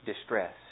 distress